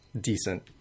decent